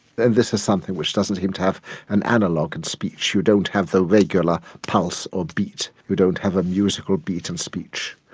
this is something which doesn't seem to have an analogue in speech, you don't have the regular pulse or beat, you don't have a musical beat in and speech.